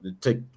take